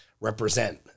represent